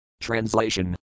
Translation